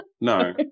No